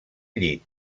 llit